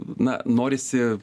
na norisi